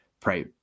Pray